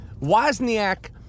Wozniak